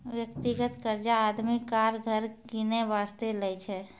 व्यक्तिगत कर्जा आदमी कार, घर किनै बासतें लै छै